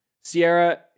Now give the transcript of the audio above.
Sierra